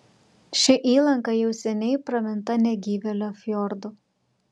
ši įlanka jau seniai praminta negyvėlio fjordu